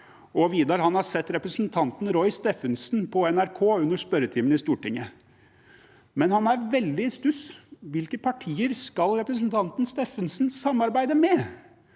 Vidar har sett representanten Roy Steffensen på NRK under spørretimen i Stortinget, men han er veldig i stuss om hvilke partier representanten Steffensen skal samarbeide med.